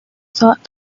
thought